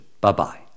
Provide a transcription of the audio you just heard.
Bye-bye